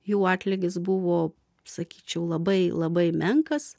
jų atlygis buvo sakyčiau labai labai menkas